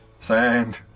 sand